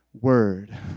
word